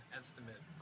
estimate